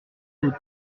des